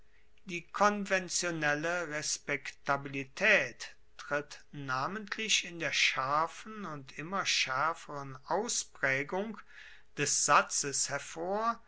die konventionelle respektabilitaet tritt namentlich in der scharfen und immer schaerferen auspraegung des satzes hervor